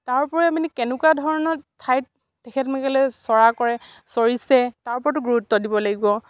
তাৰোপৰি মানে কেনেকুৱা ধৰণৰ ঠাইত চৰা চৰিছে তাৰ ওপৰতো গুৰুত্ব দিব লাগিব